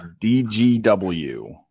DGW